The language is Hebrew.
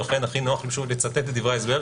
ולכן הכי נוח לי לצטט את דברי ההסבר,